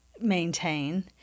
maintain